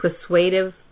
persuasive